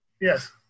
Yes